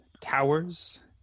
towers